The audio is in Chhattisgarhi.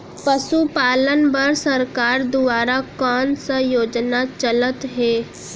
पशुपालन बर सरकार दुवारा कोन स योजना चलत हे?